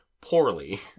poorly